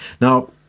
Now